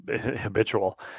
habitual